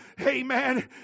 Amen